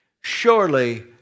Surely